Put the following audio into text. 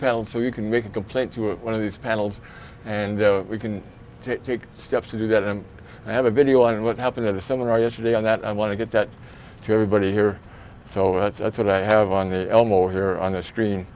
panel so you can make a complaint to one of these panels and we can take steps to do that and have a video on what happened at a seminar yesterday on that i want to get that to everybody here so that's what i have on the elmo here on the screen